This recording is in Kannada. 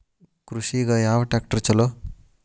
ಕೃಷಿಗ ಯಾವ ಟ್ರ್ಯಾಕ್ಟರ್ ಛಲೋ?